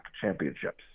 championships